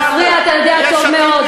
להפריע אתה יודע טוב מאוד,